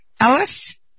Ellis